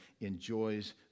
enjoys